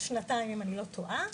אם אני לא טועה.